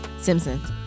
Simpsons